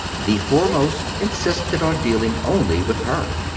the foremost insisted on dealing only with her.